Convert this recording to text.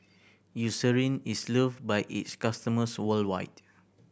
Eucerin is loved by its customers worldwide